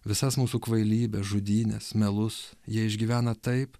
visas mūsų kvailybes žudynes melus jie išgyvena taip